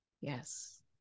Yes